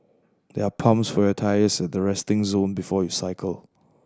there are pumps for your tyres at the resting zone before you cycle